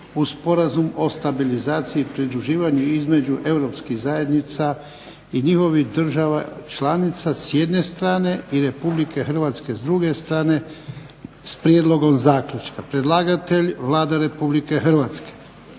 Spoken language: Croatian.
uz Sporazum o stabilizaciji i pridruživanju između Europskih zajednica i njihovih država članica s jedne strane i Republike Hrvatske s druge strane, s prijedlogom zaključka Predlagatelj Vlada Republike Hrvatske.